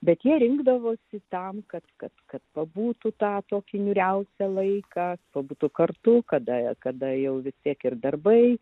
bet jie rinkdavosi tam kad kad kad pabūtų tą tokį niūriausią laiką pabūtų kartu kada kada jau vis tiek ir darbai